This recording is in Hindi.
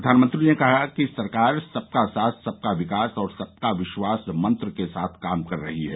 प्रधानमंत्री ने कहा कि सरकार सबका साथ सबका विकास और सबका विश्वास मंत्र के साथ काम कर रही है